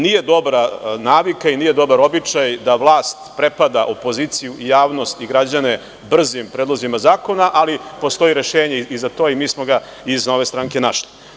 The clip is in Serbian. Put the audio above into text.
Nije dobra navika i nije dobar običaj da vlast prepada opoziciju i javnosti i građane brzim predlozima zakona, ali postoji rešenje i za to i mi smo ga iz Nove stranke našli.